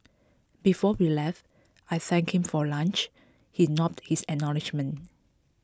before we left I thanked him for lunch he nodded his acknowledgement